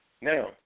Now